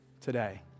today